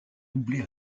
doublé